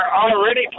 already